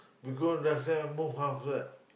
because last time I more comfort